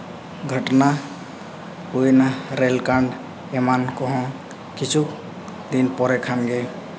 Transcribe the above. ᱜᱷᱚᱴᱱᱟ ᱦᱩᱭᱱᱟ ᱨᱮᱹᱞ ᱠᱟᱱᱰ ᱮᱢᱟᱱ ᱠᱚᱦᱚᱸ ᱠᱤᱪᱷᱩ ᱫᱤᱱ ᱯᱚᱨᱮ ᱠᱷᱟᱱ ᱜᱮ